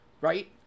right